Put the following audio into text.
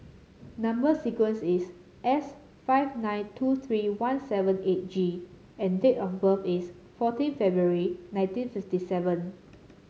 number sequence is S five nine two three one seven eight G and date of birth is fourteen February nineteen fifty seven